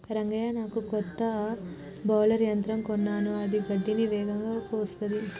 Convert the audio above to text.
రంగయ్య నాకు కొత్త బౌలర్ల యంత్రం కొన్నాను అది గడ్డిని వేగంగా కోస్తుంది